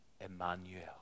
Emmanuel